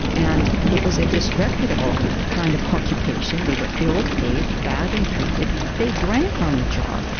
and it was a disreputable kind of occupation. they were ill-paid, badly treated, they drank on the job,